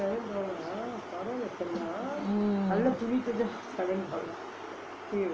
mm